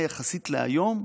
יחסית להיום,